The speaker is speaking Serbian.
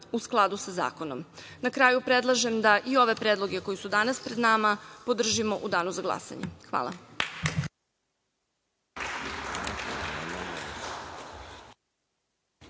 u skladu sa zakonom. Na kraju predlažem da i ove predloge koji su danas pred nama podržimo u danu za glasanje. Hvala